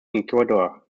ecuador